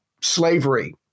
slavery